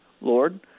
Lord